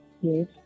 Yes